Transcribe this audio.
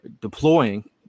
deploying